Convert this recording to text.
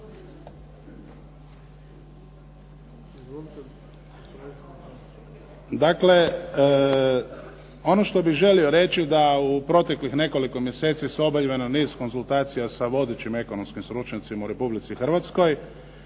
Dakle, ono što bih želio reći da u proteklih nekoliko mjeseci su obavljeni niz konzultacija sa vodećim ekonomskim stručnjacima u Republici Hrvatskoj